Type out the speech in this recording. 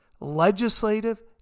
legislative